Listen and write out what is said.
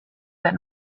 that